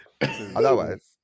Otherwise